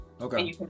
Okay